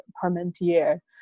parmentier